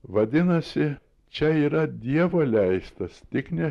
vadinasi čia yra dievo leistas tik ne